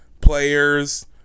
players